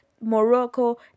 Morocco